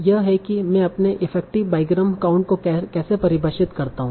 यह है कि मैं अपने इफेक्टिव बाईग्राम काउंट को कैसे परिभाषित करता हूं